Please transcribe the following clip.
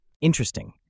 Interesting